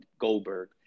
Goldberg